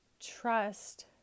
trust